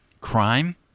crime